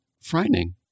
frightening